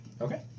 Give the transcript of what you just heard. okay